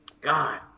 God